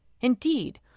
Indeed